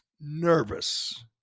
nervous